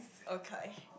okay